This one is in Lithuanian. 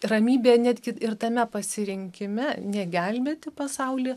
ramybė netgi ir tame pasirinkime ne gelbėti pasaulį